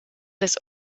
ist